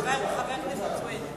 חבר הכנסת סוייד,